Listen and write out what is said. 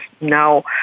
now